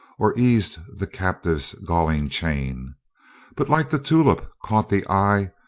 or eas'd the captive's galling chain but like the tulip caught the eye,